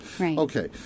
Okay